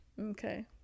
Okay